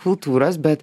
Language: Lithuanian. kultūros bet